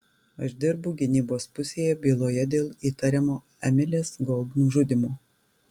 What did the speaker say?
aš dirbu gynybos pusėje byloje dėl įtariamo emilės gold nužudymo